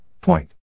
Point